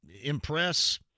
impress